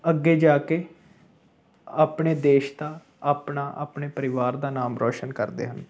ਅੱਗੇ ਜਾ ਕੇ ਆਪਣੇ ਦੇਸ਼ ਦਾ ਆਪਣਾ ਆਪਣੇ ਪਰਿਵਾਰ ਦਾ ਨਾਮ ਰੌਸ਼ਨ ਕਰਦੇ ਹਨ